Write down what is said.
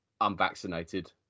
unvaccinated